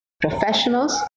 professionals